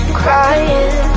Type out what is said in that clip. crying